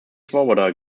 swoboda